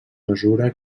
mesura